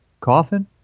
coffin